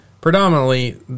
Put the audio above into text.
predominantly